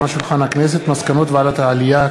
מסקנות ועדת העלייה,